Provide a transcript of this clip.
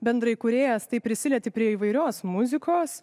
bendrai kūrėjas tai prisilieti prie įvairios muzikos